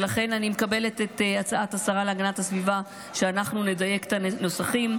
ולכן אני מקבלת את הצעת השרה להגנת הסביבה שאנחנו נדייק את הנוסחים,